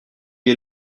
est